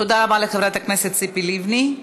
תודה רבה לחברת הכנסת ציפי לבני.